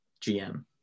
GM